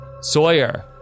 Sawyer